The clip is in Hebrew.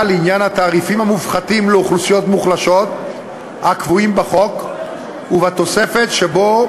לעניין התעריפים המופחתים לאוכלוסיות מוחלשות הקבועים בחוק ובתוספת שבו,